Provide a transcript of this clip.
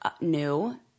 new